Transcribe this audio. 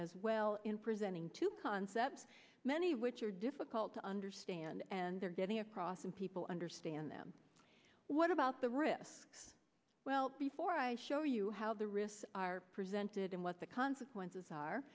as well in presenting two concepts many of which are difficult to understand and they're getting across and people understand them what about the risks well before i show you how the risks are presented and what the consequences are